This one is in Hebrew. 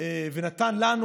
ונתן לנו,